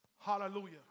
Hallelujah